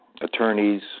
attorneys